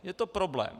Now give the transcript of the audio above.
Je to problém.